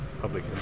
public